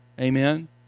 Amen